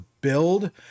build